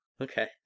Okay